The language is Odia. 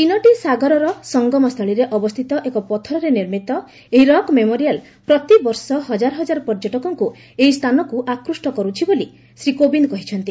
ତିନିଟି ସାଗରର ସଂଗମସ୍ଥଳୀରେ ଅବସ୍ଥିତ ଏକ ପଥରରେ ନିର୍ମିତ ଏହି ରକ୍ ମେମୋରିଆଲ ପ୍ରତିବର୍ଷ ହଜାର ହଜାର ପର୍ଯ୍ୟଟକଙ୍କୁ ଏହି ସ୍ଥାନକୁ ଆକୃଷ୍ଟ କରୁଛି ବୋଲି ଶ୍ରୀ କୋବିନ୍ଦ କହିଛନ୍ତି